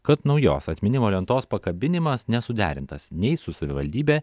kad naujos atminimo lentos pakabinimas nesuderintas nei su savivaldybe